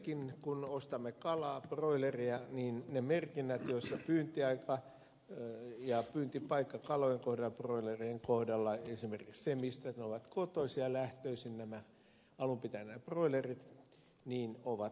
edelleenkin kun ostamme kalaa broileria ne merkinnät joissa pyyntiaika ja pyyntipaikka kalojen kohdalla broilerien kohdalla esimerkiksi se mistä broilerit ovat alun pitäen kotoisin ja lähtöisin ovat puutteellisesti esillä